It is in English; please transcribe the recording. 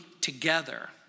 together